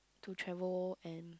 to travel and